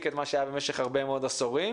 את מה שהיה במשך הרבה מאוד עשורים.